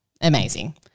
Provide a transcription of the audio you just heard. Amazing